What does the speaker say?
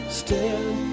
stand